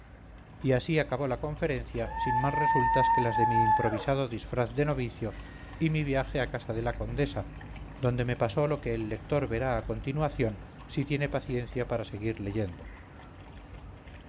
y así acabó la conferencia sin más resultas que las de mi improvisado disfraz de novicio y mi viaje a casa de la condesa donde me pasó lo que el lector verá a continuación si tiene paciencia para seguir leyendo